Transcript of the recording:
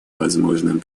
возможным